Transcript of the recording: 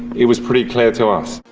it was pretty clear to us.